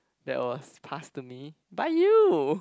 that was passed to me by you